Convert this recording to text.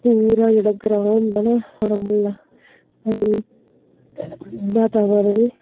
पूरा जेह्ड़ा ग्रांऽ होंदा ना साढ़ा म्हल्ला पूरा ते वातावरण